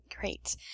Great